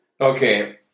Okay